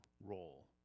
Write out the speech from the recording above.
role